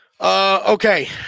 Okay